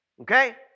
okay